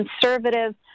conservative